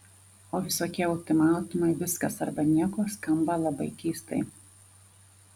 o visokie ultimatumai viskas arba nieko skamba labai keistai